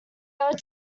are